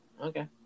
Okay